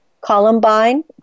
columbine